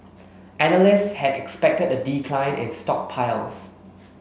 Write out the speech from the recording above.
analysts had expected a decline in stockpiles